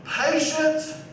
patience